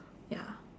ya